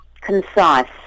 concise